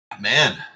man